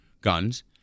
guns